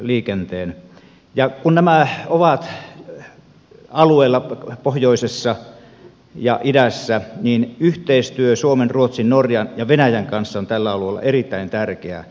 kun nämä ovat alueilla pohjoisessa ja idässä niin yhteistyö suomen ruotsin norjan ja venäjän kanssa on tällä alueella erittäin tärkeää